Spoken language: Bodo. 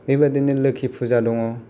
बेबायदिनो लोखि फुजा दङ